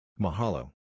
Mahalo